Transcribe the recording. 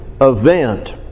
event